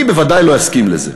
אני בוודאי לא אסכים לזה.